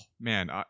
man